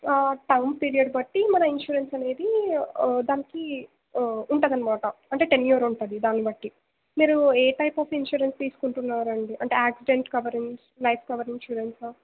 term period బట్టి మన insurance అనేది దానికి ఉంటుంది అన్నమాట అంటే టెన్యూర్ ఉంటుంది దాన్ని బట్టి మీరు ఏ టైప్ ఆఫ్ ఇన్సూరెన్స్ తీసుకుంటున్నారు అండి అంటే accident covering life cover insurance